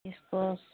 squash